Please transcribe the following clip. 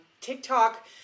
TikTok